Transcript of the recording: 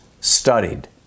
studied